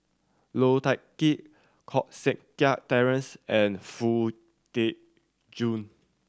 Low Thia Khiang Koh Seng Kiat Terence and Foo Tee Jun